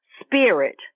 spirit